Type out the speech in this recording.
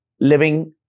living